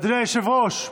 אדוני היושב-ראש,